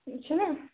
چھُنہ